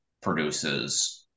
produces